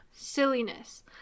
silliness